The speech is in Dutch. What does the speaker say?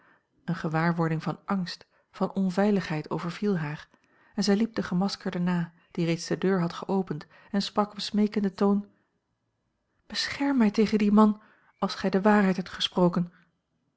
eene gewaarwording van angst van onveiligheid overviel haar en zij liep den gemaskerde na die reeds de deur had geopend en sprak op smeekenden toon bescherm mij tegen dien man als gij de waarheid hebt gesproken